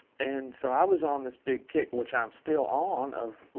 and so i was on this big kick, which i'm still on, of,